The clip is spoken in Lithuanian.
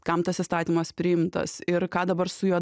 kam tas įstatymas priimtas ir ką dabar su juo